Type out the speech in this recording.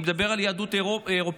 אני מדבר על יהדות אירופית,